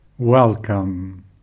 welcome